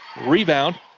Rebound